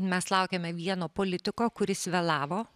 mes laukiame vieno politiko kuris vėlavo